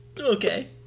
Okay